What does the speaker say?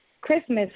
Christmas